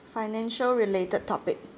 financial related topic